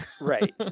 Right